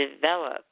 develop